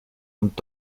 und